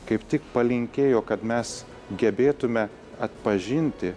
kaip tik palinkėjo kad mes gebėtume atpažinti